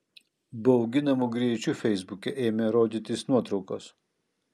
bauginamu greičiu feisbuke ėmė rodytis nuotraukos